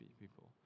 people